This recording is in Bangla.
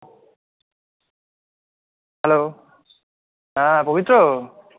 হ্যালো হ্যাঁ পবিত্র